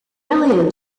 alien